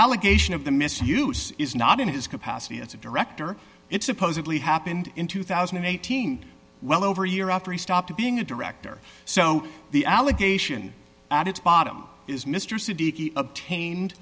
allegation of the misuse is not in his capacity as a director it supposedly happened in two thousand and eighteen well over a year after he stopped being a director so the allegation at its bottom is mr